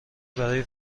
برای